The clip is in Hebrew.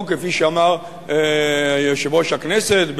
או כפי שאמר יושב-ראש הכנסת,